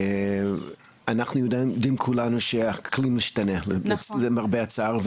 אנחנו יודעים כולנו שהאקלים משתנה למרבה הצער.